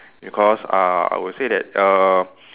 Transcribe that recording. because uh I would say that err